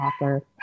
author